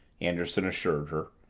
anderson assured her.